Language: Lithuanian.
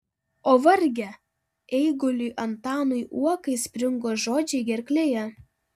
o varge eiguliui antanui uokai springo žodžiai gerklėje